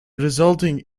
resulting